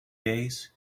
days